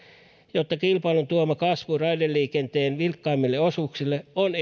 jotta kilpailun tuoma kasvu raideliikenteen vilkkaimmille osuuksille on